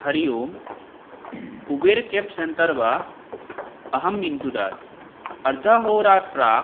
हरिः Om Uber cab centre वा अहम् इन्दुराजः अर्धहोरात् प्राक्